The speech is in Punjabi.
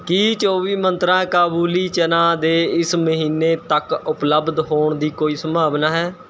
ਕੀ ਚੌਵੀ ਮੰਤਰਾ ਕਾਬੁਲੀ ਚਨਾ ਦੇ ਇਸ ਮਹੀਨੇ ਤੱਕ ਉਪਲਬਧ ਹੋਣ ਦੀ ਕੋਈ ਸੰਭਾਵਨਾ ਹੈ